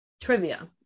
trivia